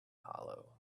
hollow